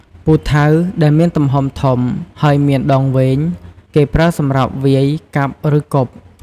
ពូថៅ ដែលមានទំហំធំ ហើយមានដងវែង គេប្រើសម្រាប់វាយ កាប់ ឬគប់។